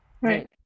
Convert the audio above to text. Right